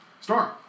Storm